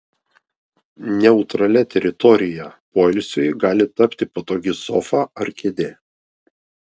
neutralia teritorija poilsiui gali tapti patogi sofa ar kėdė